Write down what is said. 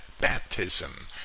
baptism